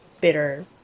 bitter